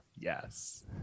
Yes